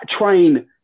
train